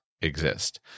exist